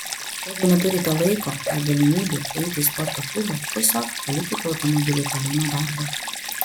jeigu neturite laiko ar galimybių eiti į sporto klubą tiesiog palikite automobilį toliau nuo darbo